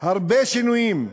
הרבה שינויים,